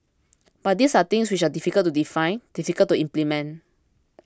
but these are things which are difficult to define difficult to implement